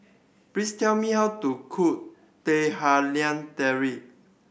please tell me how to cook Teh Halia Tarik